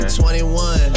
21